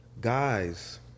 guys